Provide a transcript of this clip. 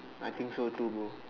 I think so too bro